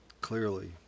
clearly